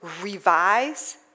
revise